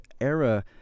era